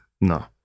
No